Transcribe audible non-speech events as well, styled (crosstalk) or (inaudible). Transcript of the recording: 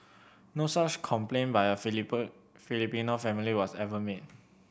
no such complaint by a (unintelligible) Filipino family was ever made